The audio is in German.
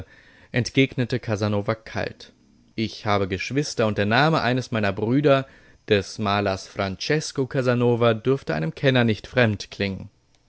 entgegnete casanova kalt ich habe geschwister und der name eines meiner brüder des malers francesco casanova dürfte einem kenner nicht fremd klingen